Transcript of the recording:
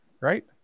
right